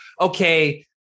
okay